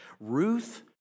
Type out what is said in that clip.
Ruth